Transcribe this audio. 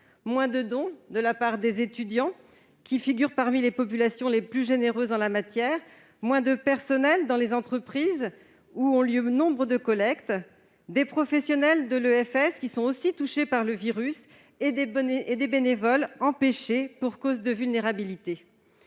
moins de dons de la part des étudiants, qui figurent parmi les populations les plus généreuses en la matière, et moins de personnel dans les entreprises, où ont lieu nombre de collectes. En parallèle, les professionnels de l'EFS sont eux aussi touchés par le virus et nombre de bénévoles sont empêchés pour cause de vulnérabilité.